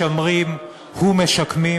משמרים ומשקמים